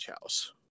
house